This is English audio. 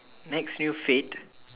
next few fad